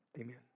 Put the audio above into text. Amen